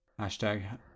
Hashtag